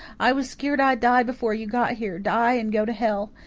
i was skeered i'd die before you got here die and go to hell.